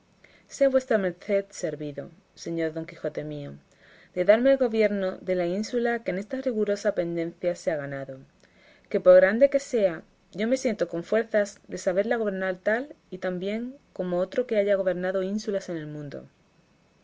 servido señor don quijote mío de darme el gobierno de la ínsula que en esta rigurosa pendencia se ha ganado que por grande que sea yo me siento con fuerzas de saberla gobernar tal y tan bien como otro que haya gobernado ínsulas en el mundo